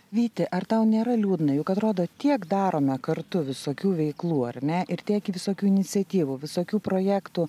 vyti ar tau nėra liūdna juk atrodo tiek darome kartu visokių veiklų ar ne ir tiek visokių iniciatyvų visokių projektų